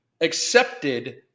accepted